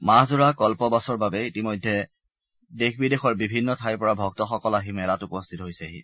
মাহজোৰা কল্পবাচৰ বাবে ইতিমধ্যে দেশ বিদেশৰ বিভিন্ন ঠাইৰ পৰা ভক্তসকল আহি মেলাত উপস্থিত হৈছেহি